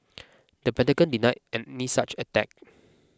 the Pentagon denied any such attack